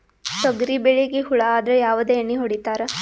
ತೊಗರಿಬೇಳಿಗಿ ಹುಳ ಆದರ ಯಾವದ ಎಣ್ಣಿ ಹೊಡಿತ್ತಾರ?